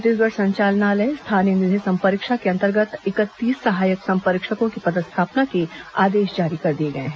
छत्तीसगढ़ संचालनालय स्थानीय निधि संपरीक्षा के अंतर्गत इकतीस सहायक संपरीक्षकों की पदस्थापना के आदेश जारी कर दिए गए हैं